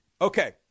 Okay